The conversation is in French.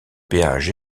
péage